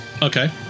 Okay